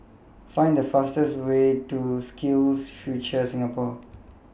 Find The fastest Way to SkillsFuture Singapore